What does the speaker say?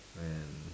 and